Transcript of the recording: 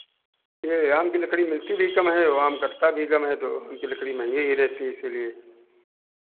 ये आम की लकड़ी मिलती भी कम है और आम कटता भी कम है तो आम की लकड़ी महँगी ही रहती है इसीलिए